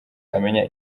amenya